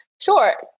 Sure